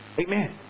Amen